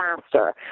Faster